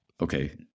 okay